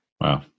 Wow